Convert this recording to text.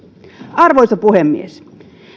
arvoisa puhemies